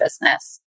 business